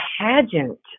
pageant